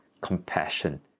compassion